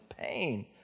pain